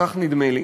כך נדמה לי.